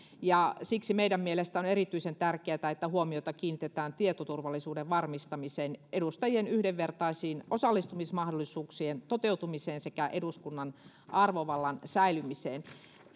ja siksi meidän mielestämme on erityisen tärkeätä että huomiota kiinnitetään tietoturvallisuuden varmistamiseen edustajien yhdenvertaisten osallistumismahdollisuuksien toteutumiseen sekä eduskunnan arvovallan säilymiseen